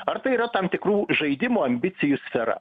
ar tai yra tam tikrų žaidimų ambicijų sfera